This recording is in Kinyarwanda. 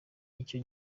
icyo